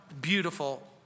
beautiful